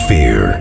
Fear